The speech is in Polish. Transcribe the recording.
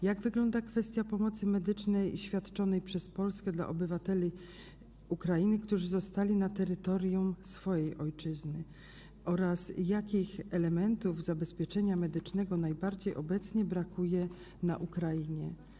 Jak wygląda kwestia pomocy medycznej świadczonej przez Polskę dla obywateli Ukrainy, którzy zostali na terytorium swojej ojczyzny, oraz jakich elementów zabezpieczenia medycznego najbardziej obecnie brakuje na Ukrainie?